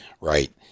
Right